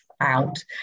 out